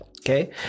okay